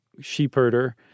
sheepherder